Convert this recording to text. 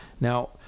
now